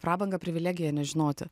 prabanga privilegija nežinoti